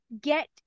get